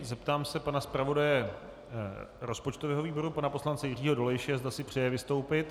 Zeptám se pana zpravodaje rozpočtového výboru pana poslance Jiřího Dolejše, zda si přeje vystoupit.